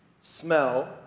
smell